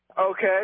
Okay